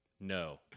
no